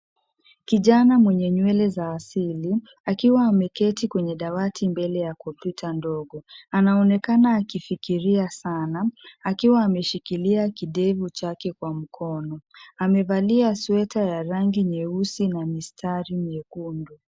Kijana mwenye nywele za asili akiwa ameketi kwenye dawati mbele ya kompyuta ndogo. Anaonekana akifikiria sana akiwa ameshikilia kidevu chake kwa mkono. Amevalia sweta ya rangi nyeusi na mistari myekundu.